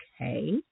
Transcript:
okay